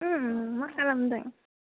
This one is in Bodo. ओम मा खालामदों